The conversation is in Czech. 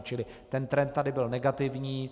Čili ten trend tady byl negativní.